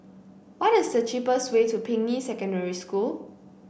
what is the cheapest way to Ping Yi Secondary School